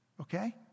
Okay